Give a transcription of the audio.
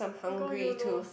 go eunos